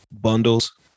Bundles